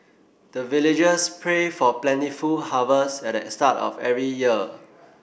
the villagers pray for plentiful harvest at the start of every year